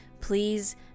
Please